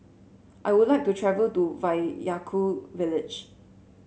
I would like to travel to Vaiaku village